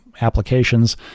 applications